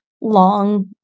long